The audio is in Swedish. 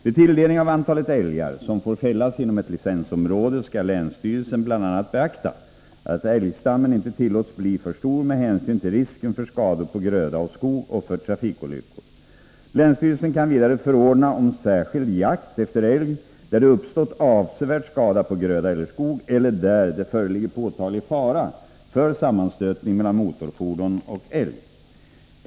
Vid tilldelning av antalet älgar som får fällas inom ett licensområde skall länsstyrelsen bl.a. beakta att älgstammen inte tillåts bli för stor med hänsyn till risken för skador på gröda och skog och för trafikolyckor. Länsstyrelsen kan vidare förordna om särskild jakt efter älg, där det uppstått avsevärd skada på gröda eller skog eller där det föreligger påtaglig fara för sammanstötning mellan motorfordon och älg.